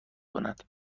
کند